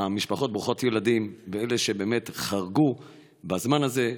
למשפחות ברוכות ילדים ולאלה שבאמת חרגו בזמן הזה.